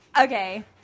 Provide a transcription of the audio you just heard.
Okay